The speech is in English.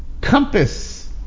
Compass